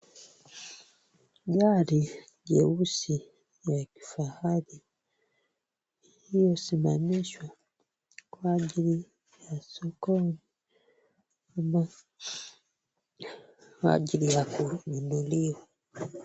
Gari jeusi ya kifahari iliyosimamishwa kwa ajili ya soko ama kwa ajili ya kuzinduliwa.